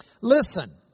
Listen